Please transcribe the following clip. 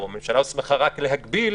הממשלה הוסמכה רק להגביל,